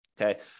okay